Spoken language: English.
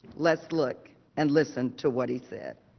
let's look and listen to what he said.